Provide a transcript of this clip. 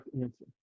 answer